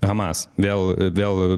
hamas vėl vėl